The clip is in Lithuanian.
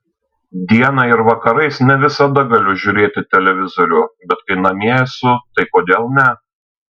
dieną ir vakarais ne visada galiu žiūrėti televizorių bet kai namie esu tai kodėl ne